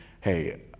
hey